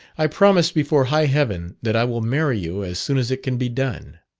i promise before high heaven that i will marry you as soon as it can be done